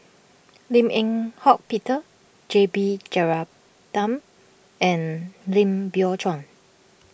Lim Eng Hock Peter J B Jeyaretnam and Lim Biow Chuan